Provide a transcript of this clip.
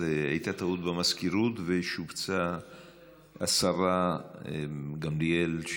הייתה טעות במזכירות ושובצה השרה גמליאל,